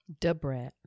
Debrat